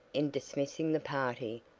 in dismissing the party,